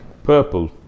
Purple